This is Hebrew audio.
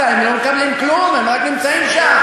לא, אמרת: הם לא מקבלים כלום, הם רק נמצאים שם.